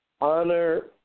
honor